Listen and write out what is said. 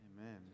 Amen